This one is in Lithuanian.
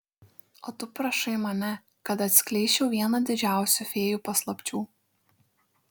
o tu prašai mane kad atskleisčiau vieną didžiausių fėjų paslapčių